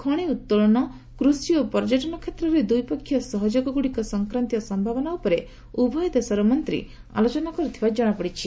ଖଣି ଉତ୍ତୋଳନ କୃଷି ଓ ପର୍ଯ୍ୟଟନ କ୍ଷେତ୍ରରେ ଦ୍ୱିପକ୍ଷିୟ ସହଯୋଗଗୁଡ଼ିକ ସଂକ୍ରାନ୍ତୀୟ ସମ୍ଭାବନା ଉପରେ ଉଭୟ ଦେଶର ମନ୍ତ୍ରୀ ଆଲୋଚନା କରିଥିବା ଜଣାପଡ଼ିଛି